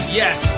yes